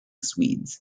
swedes